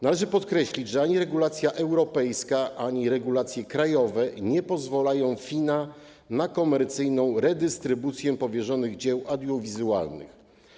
Należy podkreślić, że ani regulacja europejska, ani regulacje krajowe nie pozwalają FINA na komercyjną redystrybucję powierzonych dzieł audiowizualnych.